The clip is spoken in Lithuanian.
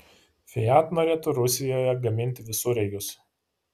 fiat norėtų rusijoje gaminti visureigius